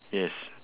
yes